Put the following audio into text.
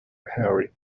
harry